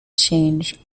change